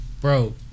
bro